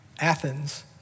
Athens